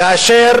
כאשר